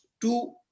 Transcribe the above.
two